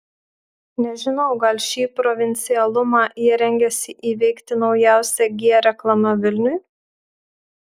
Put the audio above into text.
nežinau gal šį provincialumą jie rengiasi įveikti naujausia g reklama vilniui